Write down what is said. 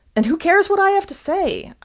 and who cares what i have to say?